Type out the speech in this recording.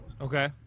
Okay